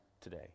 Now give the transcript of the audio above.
today